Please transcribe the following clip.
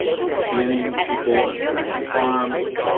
and canning people and who live on farms?